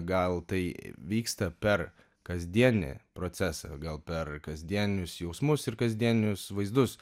gal tai vyksta per kasdienį procesą gal per kasdieninius jausmus ir kasdieninius vaizdus